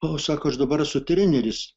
o sako aš dabar su treneris